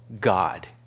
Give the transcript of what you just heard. God